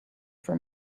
for